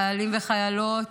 חיילים וחיילות,